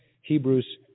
Hebrews